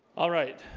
all right